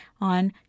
on